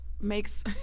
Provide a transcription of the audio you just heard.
makes